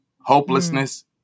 hopelessness